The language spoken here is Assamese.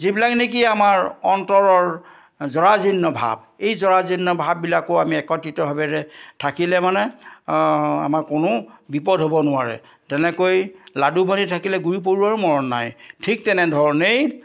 যিবিলাক নেকি আমাৰ অন্তৰৰ জৰাজীৰ্ণ ভাৱ এই জৰাজীৰ্ণ ভাৱবিলাকো আমি একত্ৰিতভাৱেৰে থাকিলে মানে আমাৰ কোনো বিপদ হ'ব নোৱাৰে তেনেকৈ লাডু বান্ধি থাকিলে গুৰি পৰুৱাৰ মৰণ নাই ঠিক তেনেধৰণেই